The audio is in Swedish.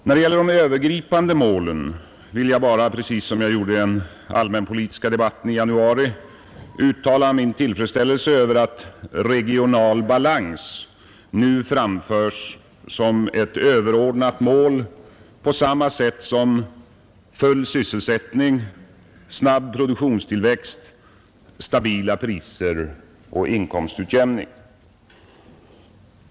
Beträffande de övergripande målen vill jag bara, precis som jag gjorde i den allmänpolitiska debatten i januari, uttala min tillfredsställelse över att regional balans nu framförs som ett överordnat mål på samma sätt som full sysselsättning, snabb produktionstillväxt, stabila priser och inkomstutjämning.